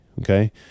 Okay